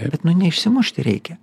bet nu neišsimušti reikia